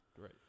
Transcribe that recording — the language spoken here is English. Right